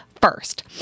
first